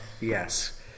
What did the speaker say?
Yes